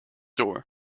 door